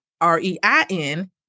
R-E-I-N